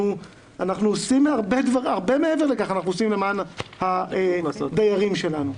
אנחנו עושים הרבה מעבר לכך למען הדיירים שלנו.